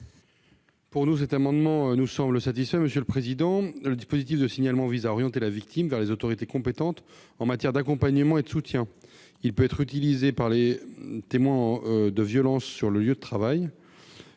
commission ? L'amendement n° 264 nous semble satisfait. Le dispositif de signalement vise à orienter la victime vers les autorités compétentes en matière d'accompagnement et de soutien. Il peut être utilisé par les témoins de violences sur le lieu de travail.